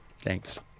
Thanks